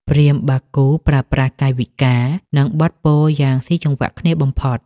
ព្រាហ្មណ៍បាគូប្រើប្រាស់កាយវិការ និងបទពោលយ៉ាងស៊ីចង្វាក់គ្នាបំផុត។